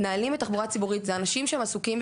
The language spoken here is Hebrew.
לא רק בתחבורה אלא באופן